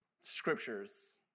scriptures